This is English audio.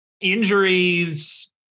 injuries